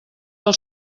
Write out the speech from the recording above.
del